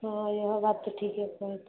हँ इहो बात तऽ ठिके कहै छिए